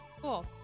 cool